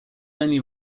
only